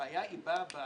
הבעיה היא במנטליות,